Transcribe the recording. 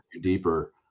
deeper